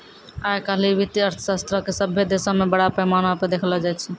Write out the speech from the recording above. आइ काल्हि वित्तीय अर्थशास्त्रो के सभ्भे देशो मे बड़ा पैमाना पे देखलो जाय छै